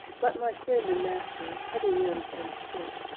but my friend and master, heavy-limbed and spent,